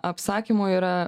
apsakymų yra